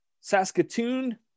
Saskatoon